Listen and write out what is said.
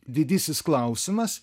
didysis klausimas